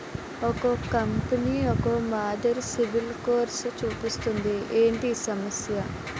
ఒక్కో కంపెనీ ఒక్కో మాదిరి సిబిల్ స్కోర్ చూపిస్తుంది ఏంటి ఈ సమస్య?